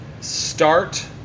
start